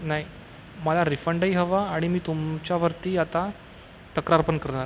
नाही मला रिफंडही हवा आणि मी तुमच्यावरती आता तक्रार पण करणार